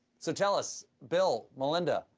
so, tell us, bill, melinda,